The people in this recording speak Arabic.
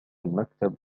المكتب